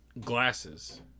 glasses